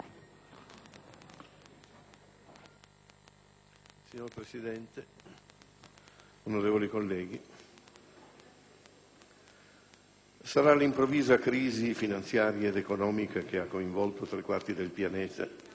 Signora Presidente, onorevoli colleghi, sarà l'improvvisa crisi finanziaria ed economica che ha coinvolto tre quarti del pianeta,